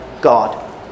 God